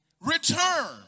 return